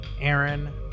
Aaron